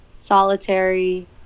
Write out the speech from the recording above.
solitary